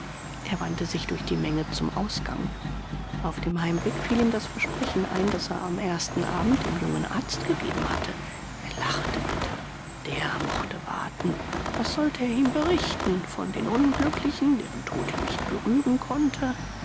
er wandte sich durch die menge zum ausgang auf dem heimweg fiel ihm das versprechen ein das er am ersten abend dem jungen arzt gegeben hatte er lachte bitter der mochte warten was sollte er ihm berichten von den unglücklichen deren tod ihn nicht berühren konnte